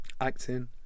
acting